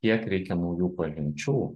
kiek reikia naujų pažinčių